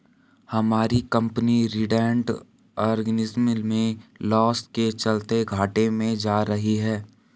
हमारी company retained earnings में loss के चलते घाटे में जा रही है